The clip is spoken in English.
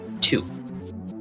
two